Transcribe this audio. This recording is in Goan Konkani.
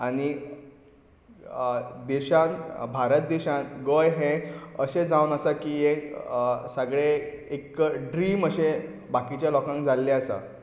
आनी देशान भारत देशान गोंय हें अशें जावन आसा की ये सगळें एक ड्रीम अशें बाकीच्या लोकांक जाल्लें आसा